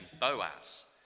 Boaz